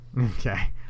Okay